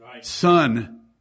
Son